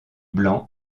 blanc